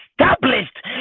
established